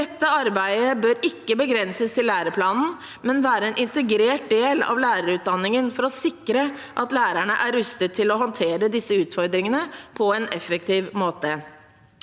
Dette arbeidet bør ikke begrenses til læreplanen, men være en integrert del av lærerutdanningen for å sikre at lærerne er rustet til å håndtere disse utfordringene på en effektiv måte.